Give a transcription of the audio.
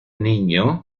niño